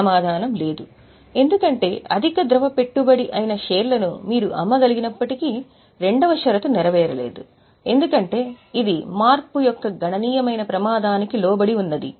సమాధానం "లేదు" ఎందుకంటే అధిక ద్రవ పెట్టుబడి అయిన షేర్లను మీరు అమ్మగలిగినప్పటికీ రెండవ షరతు నెరవేరలేదు ఎందుకంటే ఇది మార్పు యొక్క గణనీయమైన ప్రమాదానికి లోబడి ఉన్నది